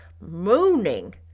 mooning